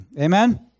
Amen